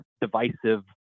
divisive